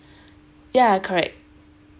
ya correct